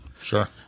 Sure